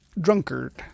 drunkard